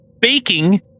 baking